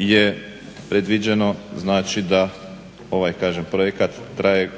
je predviđeno znači da ovaj kažem projekat traje